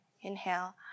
inhale